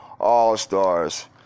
all-stars